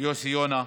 יוסי יונה,